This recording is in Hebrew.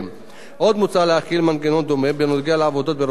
עוד מוצע להחיל מנגנון דומה בנוגע לעבודה ברכוש המשותף